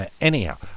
Anyhow